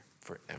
forever